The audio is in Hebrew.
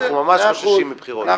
אנחנו ממש חוששים מבחירות.